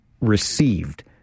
received